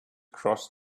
cross